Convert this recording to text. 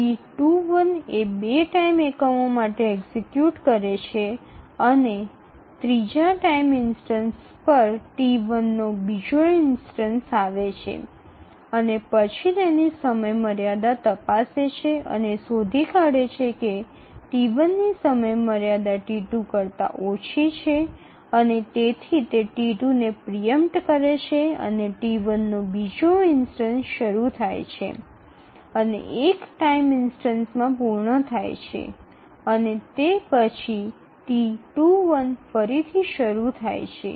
T21 એ ૨ time એકમો માટે એક્ઝિકયુટ કરે છે અને ૩ જા ટાઇમ ઇન્સ્ટનસ પર T1 નો બીજો ઇન્સ્ટનસ આવે છે અને પછી તેની સમયમર્યાદા તપાસે છે અને શોધી કાઢે છે કે T 1 ની સમયમર્યાદા T2 કરતાં ઓછી છે અને તેથી તે T2 ને પ્રિ ઇમ્પટ કરે છે અને T1 નો બીજો ઇન્સ્ટનસ શરૂ થાય છે અને એક ટાઇમ ઇન્સ્ટનસ માં પૂર્ણ થાય છે અને તે પછી T21 ફરી શરૂ થાય છે